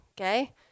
Okay